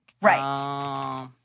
Right